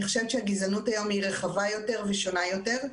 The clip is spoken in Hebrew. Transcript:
חושבת שהגזענות היום היא רחבה יותר ושונה יותר.